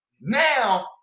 Now